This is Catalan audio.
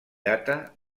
data